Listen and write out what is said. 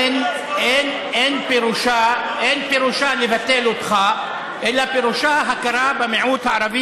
אין פירושה לבטל אותך אלא פירושה הכרה במיעוט הערבי